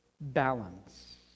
balance